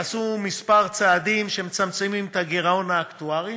נעשו כמה צעדים שמצמצמים את הגירעון האקטוארי